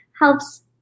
helps